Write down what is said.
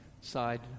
Side